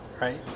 right